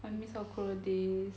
I miss our korea days